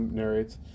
narrates